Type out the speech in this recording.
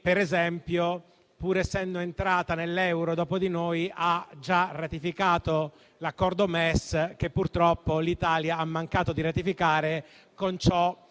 Per esempio, pur essendo entrata nell'euro dopo di noi, ha già ratificato l'accordo MES, che purtroppo l'Italia ha mancato di ratificare, a